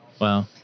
Wow